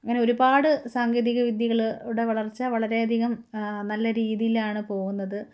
അങ്ങനെ ഒരുപാടു സാങ്കേതിക വിദ്യകളുടെ വളർച്ച വളരെയധികം നല്ല രീതിയിലാണു പോകുന്നത്